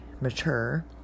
mature